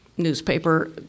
Newspaper